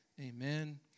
Amen